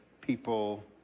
people